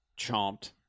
chomped